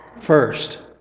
First